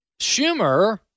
Schumer